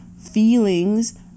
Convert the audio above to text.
feelings